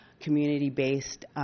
community-based